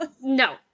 no